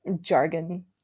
jargon